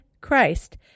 Christ